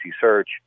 search